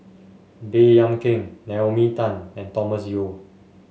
Baey Yam Keng Naomi Tan and Thomas Yeo